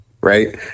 right